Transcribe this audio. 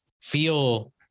feel